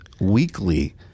weekly